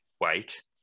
Wait